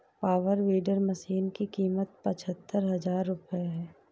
power weeder machine की कीमत पचहत्तर हजार रूपये है